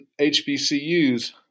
HBCUs